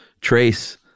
trace